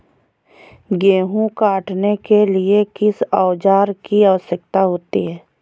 गेहूँ काटने के लिए किस औजार की आवश्यकता होती है?